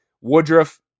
Woodruff